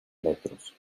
metros